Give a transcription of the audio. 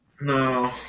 No